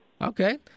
Okay